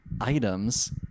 Items